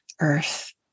Earth